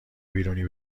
بیرونی